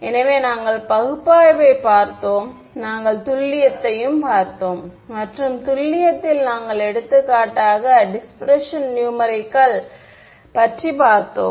எனவே நாங்கள் பகுப்பாய்வைப் பார்த்தோம் நாங்கள் துல்லியத்தையும் பார்த்தோம் மற்றும் துல்லியத்தில் நாங்கள் எடுத்துக்காட்டாக டிஸ்பிரஷன் நியூமரிக்கல் பார்த்தோம்